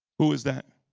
who is that?